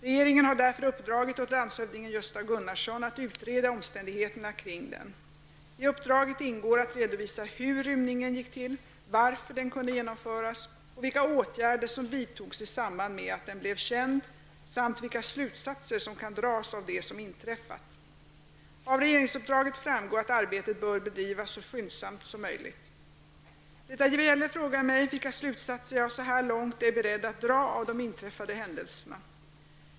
Regeringen har därför uppdragit åt landshövding Gösta Gunnarsson att utreda omständigheterna kring den. I uppdragit ingår att redovisa hur rymningen gick till, varför den kunde genomföras och vilka åtgärder som vidtogs i samband med att den blev känd samt vilka slutsatser som kan dras av det som inträffat. Av regeringsuppdraget framgår att arbetet bör bedrivas så skyndsamt som möjligt. Britta Bjelle frågar mig vilka slutsatser jag så här långt är beredd att dra av de inträffade händelserna.